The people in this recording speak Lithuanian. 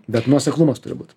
bet nuoseklumas turi būt